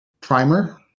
Primer